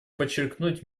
подчеркнуть